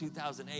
2008